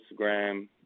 Instagram